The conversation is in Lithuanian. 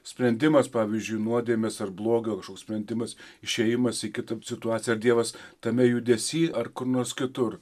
sprendimas pavyzdžiui nuodėmės ar blogio kažkoks sprendimas išėjimas į kitą situaciją ar dievas tame judesy ar kur nors kitur